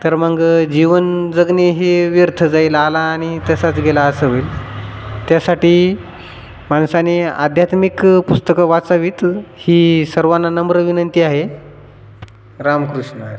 तर मग जीवन जगणे हे व्यर्थ जाईल आला आणि नि तसाच गेला असं होईल त्यासाठी माणसाने आध्यात्मिक पुस्तकं वाचावीत ही सर्वांना नम्र विनंती आहे रामकृष्णहरी